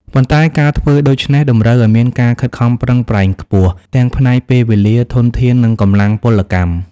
ប៉ុន្តែការធ្វើដូច្នេះ តម្រូវឲ្យមានការខិតខំប្រឹងប្រែងខ្ពស់ ទាំងផ្នែកពេលវេលា ធនធាន និងកម្លាំងពលកម្ម។